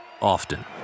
often